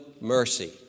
mercy